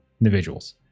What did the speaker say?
individuals